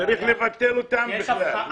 צריך לבטל אותם בכלל.